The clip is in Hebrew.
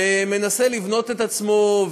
שמנסה לבנות את עצמו,